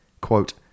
quote